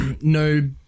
no